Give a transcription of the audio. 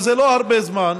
שזה לא הרבה זמן,